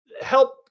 help